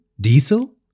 Diesel